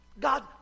God